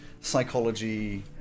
psychology